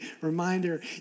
Reminder